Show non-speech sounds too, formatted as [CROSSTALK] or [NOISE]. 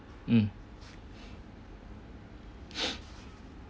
mm [BREATH]